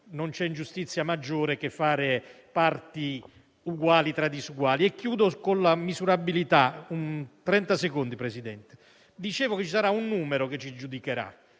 non c'è ingiustizia maggiore che fare parti uguali tra disuguali. Chiudo con la misurabilità. Dicevo che ci sarà un numero che ci giudicherà: